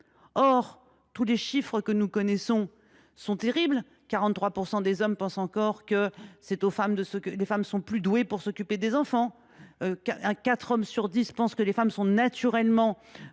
Or tous les chiffres que nous connaissons sont terribles : 43 % des hommes pensent encore que les femmes sont plus douées pour s’occuper des enfants ; quatre hommes sur dix pensent que les femmes sont naturellement